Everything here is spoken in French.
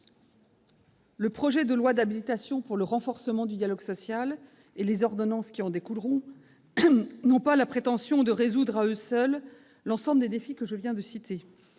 Le projet de loi d'habilitation pour le renforcement du dialogue social et les ordonnances qui en découleront n'ont pas la prétention de résoudre à eux seuls l'ensemble des défis que je viens de citer.